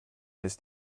ist